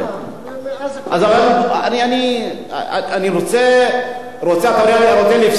אה, אני רוצה לפסוח.